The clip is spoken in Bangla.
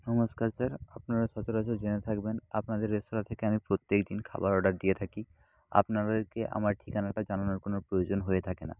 নমস্কার স্যার আপনারা সচরাচর জেনে থাকবেন আপনাদের রেস্তোরাঁ থেকে আমি প্রত্যেক দিন খাবার অর্ডার দিয়ে থাকি আপনাদেরকে আমার ঠিকানাটা জানানোর কোনো প্রয়োজন হয়ে থাকে না